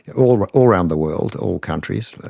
all around the world, all countries,